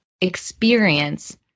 experience